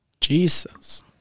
Jesus